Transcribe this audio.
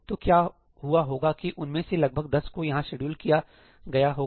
तोक्या हुआ होगा कि उनमें से लगभग 10 को यहां शेड्यूल किया गया होगा